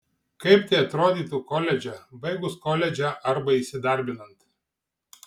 kaip tai atrodytų koledže baigus koledžą arba įsidarbinant